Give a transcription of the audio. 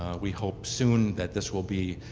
we hope soon that this will be